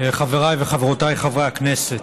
חבריי וחברותיי חברי הכנסת,